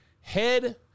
head